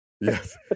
Yes